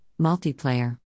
multiplayer